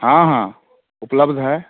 हाँ हाँ उपलब्ध है